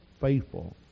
faithful